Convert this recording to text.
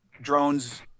drones